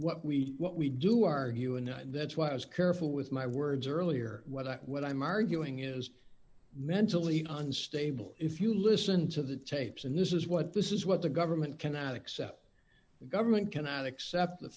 what we what we do argue and that's why i was careful with my words earlier what i what i'm arguing is mentally unstable if you listen to the tapes and this is what this is what the government cannot accept the government cannot accept the